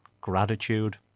gratitude